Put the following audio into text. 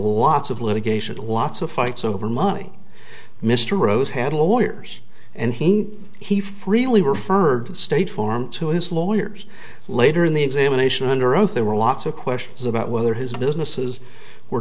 lots of litigation lots of fights over money mr rose had lawyers and he he freely referred state form to his lawyers later in the examination under oath there were lots of questions about whether his businesses were